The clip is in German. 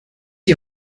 die